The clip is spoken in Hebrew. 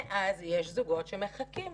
מאז יש זוגות שמחכים.